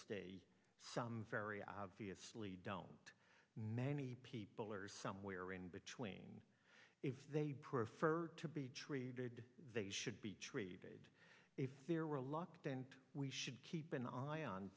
d some very obviously don't know many people are somewhere in between if they prefer to be treated they should be treated if they're reluctant we should keep an eye on